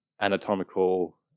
anatomical